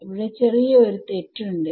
ഇവിടെ ചെറിയ ഒരു തെറ്റ് ഉണ്ട്